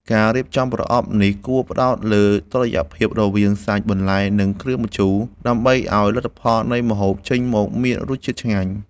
ការរៀបចំប្រអប់នេះគួរផ្ដោតលើតុល្យភាពរវាង សាច់ បន្លែ និងគ្រឿងម្ជូរ ដើម្បីឱ្យលទ្ធផលនៃម្ហូបចេញមកមានរសជាតិឆ្ងាញ់។